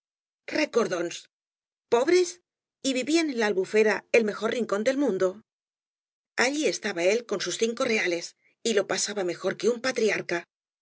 recordónsl pobres y vivían en la albufera el mejor rincón del mundo allí estaba él gañas y barro con eua cincos reales y lo pasaba mejor que un patriarca